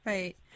Right